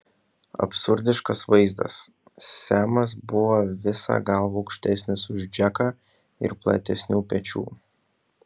absurdiškas vaizdas semas buvo visa galva aukštesnis už džeką ir platesnių pečių